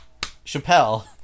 Chappelle